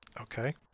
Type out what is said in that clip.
okay